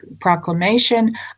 proclamation